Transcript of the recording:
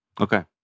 Okay